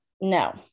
No